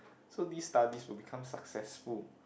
so these studies will become successful